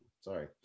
sorry